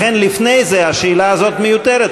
לכן, לפני זה השאלה הזאת מיותרת.